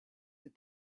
that